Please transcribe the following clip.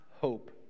hope